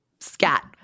scat